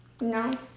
No